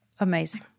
amazing